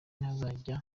ntazapfa